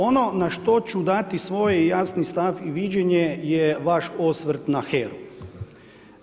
Ono na što ću dati svoj jasni stav i viđenje je vaš osvrt na HERA-u.